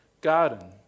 garden